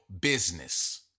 business